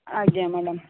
ଆଜ୍ଞା ମ୍ୟାଡମ୍